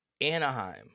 anaheim